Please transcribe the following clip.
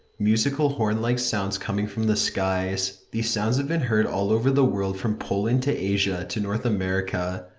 musical horn-like sounds coming from the skies. these sounds have been heard all over the world from poland, to asia, to north america.